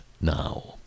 now